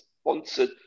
sponsored